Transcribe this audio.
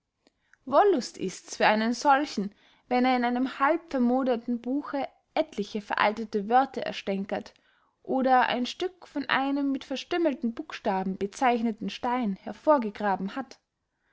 wollust ists für einen solchen wenn er in einem halbvermoderten buche etliche veraltete wörter erstänkert oder ein stück von einem mit verstümmelten buchstaben bezeichneten stein hervorgegraben hat